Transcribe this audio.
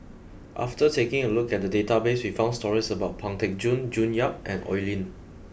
after taking a look at the database we found stories about Pang Teck Joon June Yap and Oi Lin